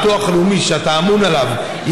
הביטוח הלאומי שאתה אמון עליו,